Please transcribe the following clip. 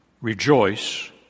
rejoice